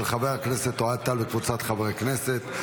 של חבר הכנסת אוהד טל וקבוצת חברי הכנסת.